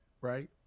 right